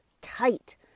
tight